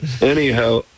Anyhow